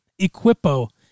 Equipo